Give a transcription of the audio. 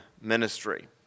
ministry